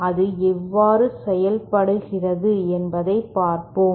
அது எவ்வாறு செய்யப்படுகிறது என்பதைப் பார்ப்போம்